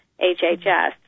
HHS